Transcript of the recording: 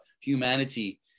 humanity